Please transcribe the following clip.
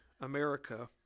America